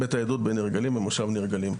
בית העדות בניר גלים במושב ניר גלים.